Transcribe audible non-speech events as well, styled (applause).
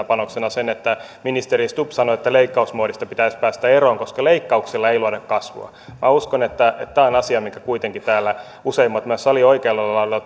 (unintelligible) panoksena sen että ministeri stubb sanoi että leikkausmoodista pitäisi päästä eroon koska leikkauksilla ei luoda kasvua minä uskon että tämä on asia minkä kuitenkin täällä useimmat myös salin oikealla laidalla (unintelligible)